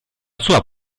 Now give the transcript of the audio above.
sua